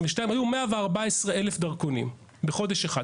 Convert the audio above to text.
היו 114,000 דרכונים, בחודש אחד.